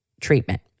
treatment